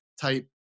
type